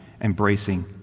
embracing